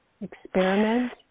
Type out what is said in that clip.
experiment